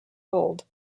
hold